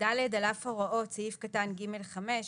על אף הוראות סעיף קטן (ג)(5)",